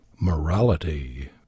Morality